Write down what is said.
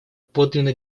подлинно